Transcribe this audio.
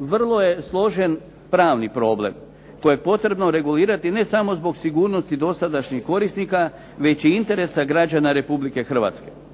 vrlo je složen pravni problem, kojeg je potrebno regulirati ne samo zbog sigurnosti dosadašnjih korisnika, već i interesa građana Republike Hrvatske.